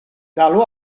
galw